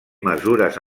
mesures